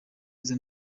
neza